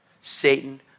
Satan